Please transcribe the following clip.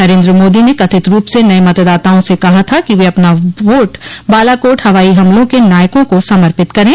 नरेन्द्र मोदी ने कथित रूप से नए मतदाताओं से कहा था कि वे अपना वोट बालाकोट हवाई हमलों के नायकों को समर्पित करें